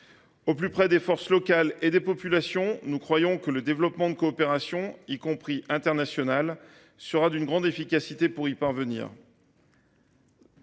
Au plus près des forces locales et des populations, nous croyons que le développement de coopérations, y compris internationales, sera d’une grande efficacité pour y parvenir.